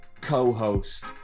co-host